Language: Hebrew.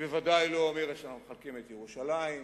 היא בוודאי לא אומרת שאנחנו מחלקים את ירושלים.